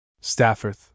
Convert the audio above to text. Stafford